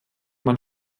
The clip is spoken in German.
man